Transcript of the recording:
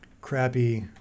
crappy